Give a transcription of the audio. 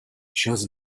čas